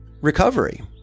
recovery